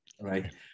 right